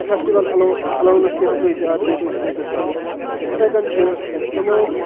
festival allow allowances تہِ ہٮ۪کوے ژےٚ اَتھ دِتھ أسۍ کُنہِ تہِ ساتہٕ تہٕ یِتھَے کَن چھِ تمام